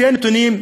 לפי הנתונים,